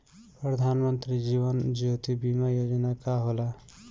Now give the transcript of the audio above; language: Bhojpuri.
प्रधानमंत्री जीवन ज्योति बीमा योजना का होला?